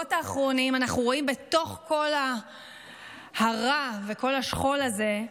בשבועות האחרונים, בתוך כל הרע וכל השכול הזה,